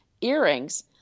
earrings